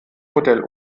modell